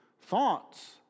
Thoughts